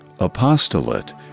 Apostolate